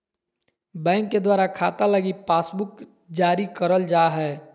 bank के द्वारा खाता लगी पासबुक जारी करल जा हय